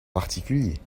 particulier